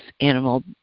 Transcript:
animal